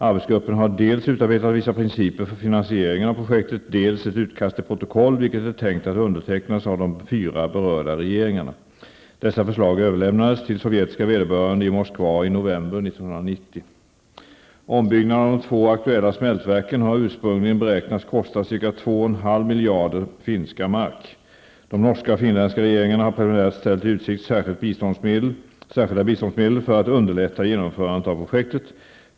Arbetsgruppen har dels utarbetat vissa principer för finansieringen av projektet, dels ett utkast till protokoll, vilket är tänkt att undertecknas av de fyra berörda regeringarna. Dessa förslag överlämnades till sovjetiska vederbörande i Ombyggnaden av de två aktuella smältverken har ursprungligen beräknats kosta ca 2,5 miljarder finska mark. De norska och finländska regeringarna har preliminärt ställt i utsikt särskilda biståndsmedel för att underlätta genomförandet av projektet.